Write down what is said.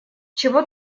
чего